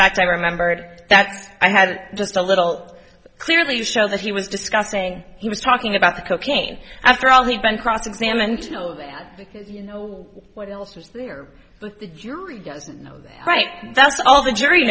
fact i remembered that i had just a little clearly show that he was discussing he was talking about the cocaine after all he'd been cross examined to know that you know what else was there but the jury doesn't know that right and that's all the jury